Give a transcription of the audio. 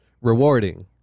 rewarding